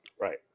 Right